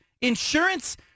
Insurance